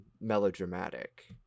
melodramatic